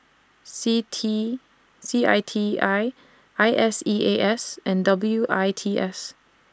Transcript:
CITI C I T I I S E A S and W I T S